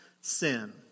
sin